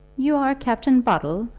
you are captain boddle,